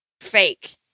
fake